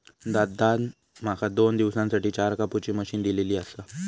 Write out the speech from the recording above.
दादान माका दोन दिवसांसाठी चार कापुची मशीन दिलली आसा